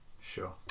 Sure